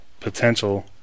potential